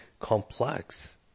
complex